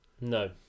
No